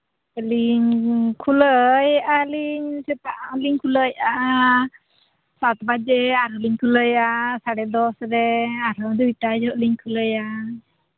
ᱟᱹᱞᱤᱧ ᱠᱷᱩᱞᱟᱹᱣᱮᱫᱼᱟ ᱞᱤᱧ ᱥᱮᱛᱟᱜ ᱦᱚᱸᱞᱤᱧ ᱠᱷᱩᱞᱟᱹᱣᱮᱫᱼᱟ ᱥᱟᱛ ᱵᱟᱡᱮ ᱟᱨ ᱞᱤᱧ ᱠᱷᱩᱞᱟᱹᱣᱟ ᱥᱟᱲᱮ ᱫᱚᱥ ᱨᱮ ᱟᱨᱦᱚᱸ ᱫᱚ ᱮᱴᱟᱜ ᱡᱚᱦᱚᱜ ᱞᱤᱧ ᱠᱷᱩᱞᱟᱹᱣᱟ